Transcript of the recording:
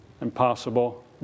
impossible